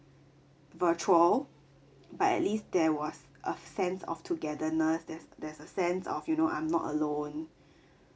virtual but at least there was a sense of togetherness there's there's a sense of you know I'm not alone